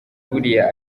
buriya